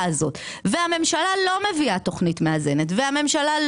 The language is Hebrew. הממשלה לא מביאה תוכנית מאזנת ולא